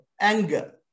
anger